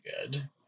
good